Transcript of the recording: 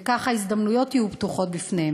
וככה הזדמנויות יהיו פתוחות בפניהם.